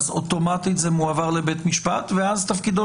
אוטומטית זה מועבר לבית משפט ואז תפקידו